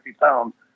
pounds